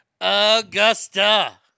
Augusta